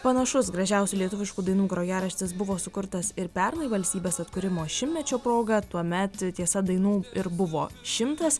panašus gražiausių lietuviškų dainų grojaraštis buvo sukurtas ir pernai valstybės atkūrimo šimtmečio proga tuomet tiesa dainų ir buvo šimtas